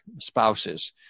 spouses